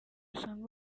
usanga